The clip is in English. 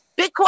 Bitcoin